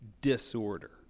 disorder